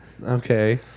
Okay